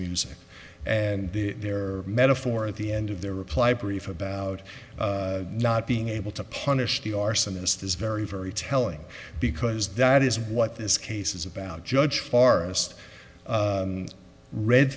music and their metaphor at the end of their reply brief about not being able to punish the arsonist is very very telling because that is what this case is about judge far as i read